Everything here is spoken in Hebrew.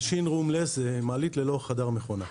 Machine room-less זה מעלית בלי חדר מכונה.